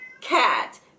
cat